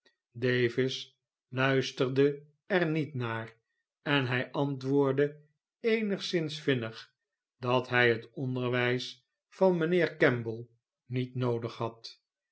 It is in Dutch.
davis luisterde er niet naar en hij antwoordde eenigszins vinnig dat hij het onderwys van mijnheer kemble niet noodig had